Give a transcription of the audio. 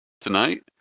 Tonight